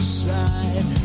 side